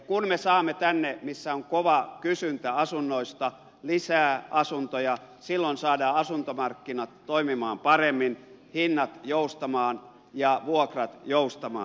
kun me saamme tänne missä on kova kysyntä asunnoista lisää asuntoja silloin saadaan asuntomarkkinat toimimaan paremmin hinnat joustamaan ja vuokrat joustamaan